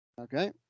Okay